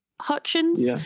Hutchins